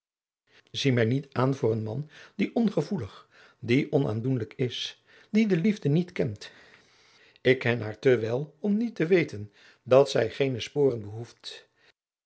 zie mij niet aan aan voor een man die ongevoelig die onaandoenlijk is die de liefde niet kent ik ken haar te wel om niet weten dat zij geene sporen behoeft